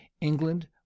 england